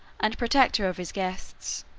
and protector of his guests.